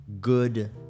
good